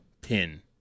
pin